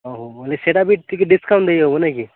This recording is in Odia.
ହ ହଉ ବୋଲେ ସେଇଟା ବି ଟିକେ ଡିସ୍କାଉଣ୍ଟ୍ ଦେଇ ହେବ ନାଇଁ କି